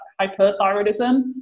hyperthyroidism